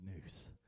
news